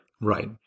Right